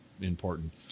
important